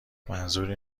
منظوری